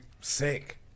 sick